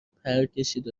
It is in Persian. پرکشید